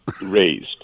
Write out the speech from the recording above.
raised